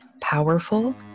powerful